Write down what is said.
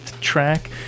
track